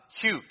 Huge